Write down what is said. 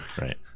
right